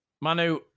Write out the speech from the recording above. manu